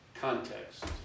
context